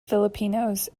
filipinos